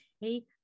Hey